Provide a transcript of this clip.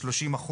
30%,